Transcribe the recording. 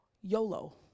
YOLO